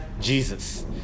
Jesus